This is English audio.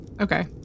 Okay